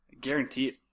Guaranteed